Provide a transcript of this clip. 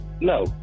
no